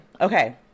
okay